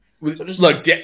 Look